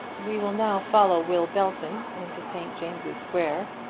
we will now follow will belton into st. james's square,